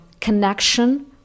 connection